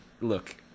look